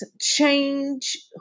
change